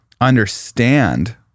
understand